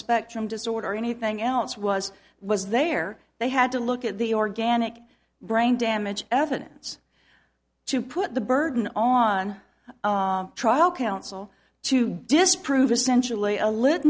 spectrum disorder or anything else was was there they had to look at the organic brain damage evidence to put the burden on trial counsel to disprove essentially a lit